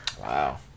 Wow